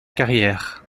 carrière